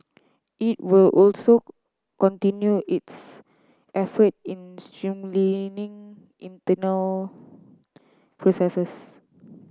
it will also continue its effort in streamlining internal processes